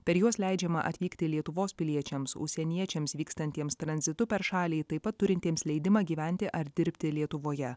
per juos leidžiama atvykti lietuvos piliečiams užsieniečiams vykstantiems tranzitu per šalį taip pat turintiems leidimą gyventi ar dirbti lietuvoje